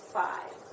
five